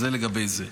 זה לגבי זה.